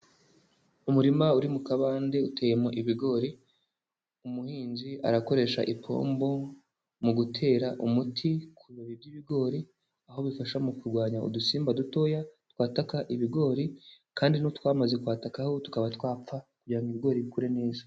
Umurima uri mu kabande uteyemo ibigori, umuhinzi arakoresha ipombo mu gutera umuti ku bibabi by'ibigori, aho bifasha mu kurwanya udusimba dutoya twataka ibigori kandi n'utwamaze kwatakaho tukaba twapfa kugira ngo ibigori bikure neza.